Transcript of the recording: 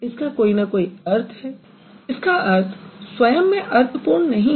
इसका कोई न कोई अर्थ है किन्तु इसका अर्थ स्वयं में अर्थपूर्ण नहीं है